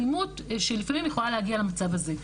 אלימות שלפעמים יכולה להגיע למצב הזה.